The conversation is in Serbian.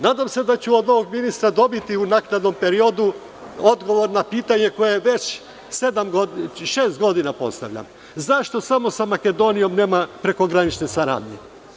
Nadam se da ću od ovog ministra dobiti u naknadnom periodu odgovor na pitanje koje je već šest godina postavljam – zašto samo sa Makedonijom nema prekogranične saradnje.